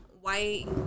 white